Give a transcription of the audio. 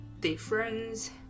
difference